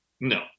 No